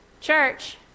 Church